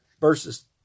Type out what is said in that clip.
verses